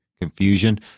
confusion